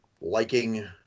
liking—